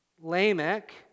Lamech